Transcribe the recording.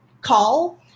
call